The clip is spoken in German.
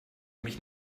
mich